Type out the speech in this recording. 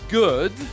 good